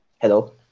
hello